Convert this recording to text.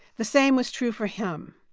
the same was true for him.